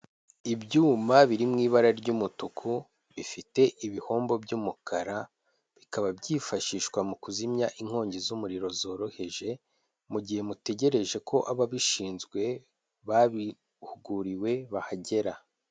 Ibyuma biri mu ibara ry'umutuku bifite ibihombo by'umukara, bikaba byifashishwa mu kuzimya inkongi z'umuriro zoroheje, mu gihe mutegereje ko ababishinzwe babihuguriwe bahagera.